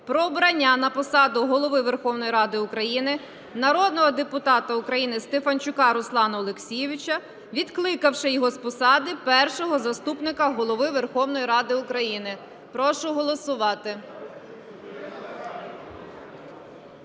про обрання на посаду Голови Верховної Ради України народного депутата України Стефанчука Руслана Олексійовича, відкликавши його з посади Першого заступника Голови Верховної Ради України. Прошу голосувати.